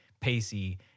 Pacey